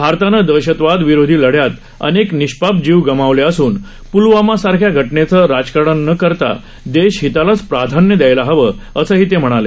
भारतानं दहशतवादविरोधी लढ्यात अनेक निष्पाप जीव गमावले असून पुलवामा सारख्या घटनेचं राजकारण न करता देश हितालाच प्राधान्य द्यायला हवं असंही ते म्हणाले